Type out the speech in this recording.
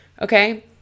Okay